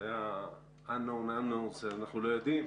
את זה אנחנו לא יודעים.